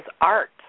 Art